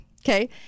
okay